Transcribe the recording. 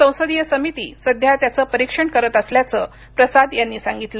संसदीय समिती सध्या त्याचं परीक्षण करत असल्याचं प्रसाद यांनी सांगितलं